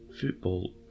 football